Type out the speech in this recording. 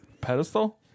Pedestal